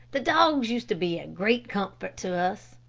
the dogs used to be a great comfort to us.